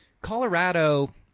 Colorado –